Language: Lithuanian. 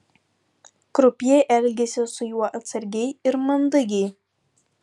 krupjė elgėsi su juo atsargiai ir mandagiai